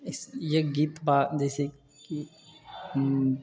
ई गीत बा जइसेकि